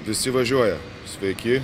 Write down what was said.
visi važiuoja sveiki